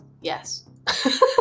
Yes